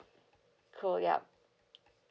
cool yup